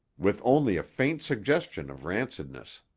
with only a faint suggestion of rancidness.